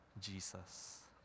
Jesus